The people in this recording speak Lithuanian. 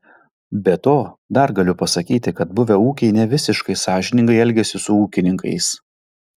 be to dar galiu pasakyti kad buvę ūkiai nevisiškai sąžiningai elgiasi su ūkininkais